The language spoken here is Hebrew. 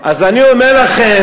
אז אני אומר לכם,